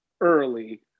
early